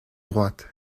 droite